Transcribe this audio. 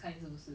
ya